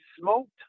smoked